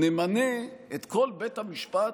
נמנה את כל בית המשפט,